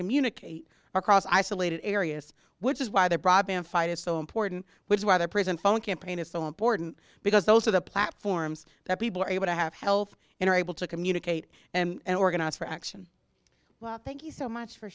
communicate across isolated areas which is why the broadband fight is so important which is why the prison phone campaign is so important because those are the platforms that people are able to have health in are able to communicate and organize for action well thank you so much for